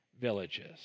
villages